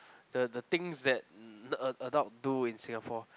the the things that ad~ adult do in Singapore